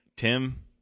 Tim